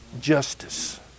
justice